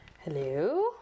Hello